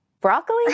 broccoli